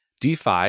DeFi